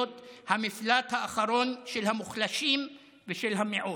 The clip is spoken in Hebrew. בית המשפט העליון יכול להיות המפלט האחרון של המוחלשים ושל המיעוט.